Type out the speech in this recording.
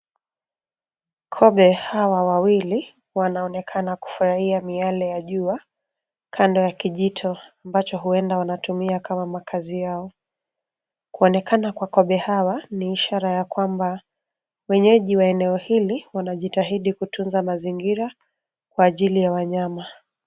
Kobe hawa wawili wanaonekana kufurahia miale ya jua kando ya kijito ambacho huenda wanatumia kama makazi yao. Kuonekana kwa kobe hawa ni ishara ya kwamba wenyeji wa eneo hili wanajitahidi kutunza mazingira kwa ajili ya wanyama.